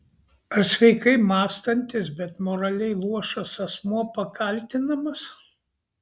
ar sveikai mąstantis bet moraliai luošas asmuo pakaltinamas